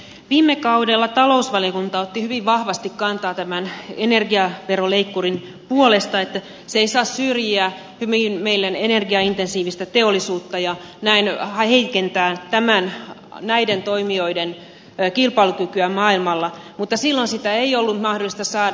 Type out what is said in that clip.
viime kaudella talousvaliokunta otti hyvin vahvasti kantaa tämän energiaveroleikkurin puolesta että se ei saa syrjiä meidän hyvin energiaintensiivistä teollisuuttamme ja näin heikentää näiden toimijoiden kilpailukykyä maailmalla mutta silloin sitä ei ollut mahdollista saada